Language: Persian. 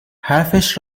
حرفش